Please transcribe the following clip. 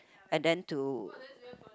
and then to